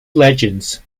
legends